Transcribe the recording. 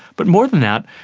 but more than that,